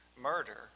murder